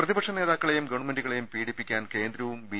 പ്രതിപക്ഷ നേതാക്കളെയും ഗവൺമെന്റുകളെയും പീഡിപ്പി ക്കാൻ കേന്ദ്രവും ബി